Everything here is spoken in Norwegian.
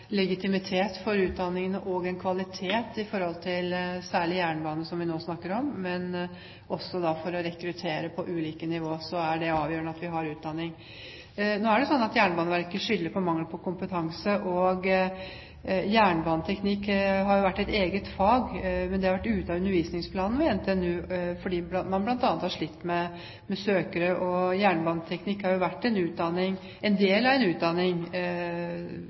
legitimitet til utdanningene og kvalitet, særlig når det gjelder jernbanen, som vi nå snakker om. Men også for å rekruttere på ulike nivå er det avgjørende at vi har utdanning. Jernbaneverket skylder på mangel på kompetanse. Jernbaneteknikk har jo vært et eget fag, men det har vært ute av undervisningsplanen ved NTNU fordi man bl.a. har slitt med søkere. Jernbaneteknikk har vært en utdanning – en del av en utdanning